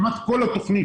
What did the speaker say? כמעט כל התוכנית,